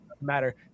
matter